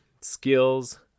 skills